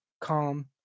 Calm